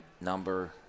number